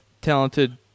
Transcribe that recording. talented